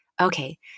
Okay